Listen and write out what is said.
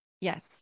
Yes